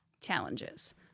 challenges